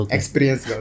Experience